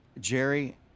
Jerry